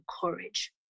courage